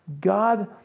God